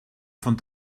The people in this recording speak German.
von